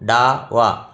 डावा